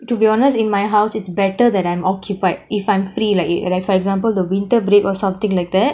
to be honest in my house it's better that I am occupied if I'm free like you like for example the winter break or something like that